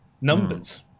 numbers